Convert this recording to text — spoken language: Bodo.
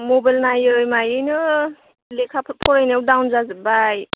मबाइल नायै मायैनो लेखाफोर फरायनायाव डाउन जाबोबाय